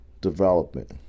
development